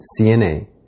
CNA